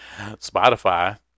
spotify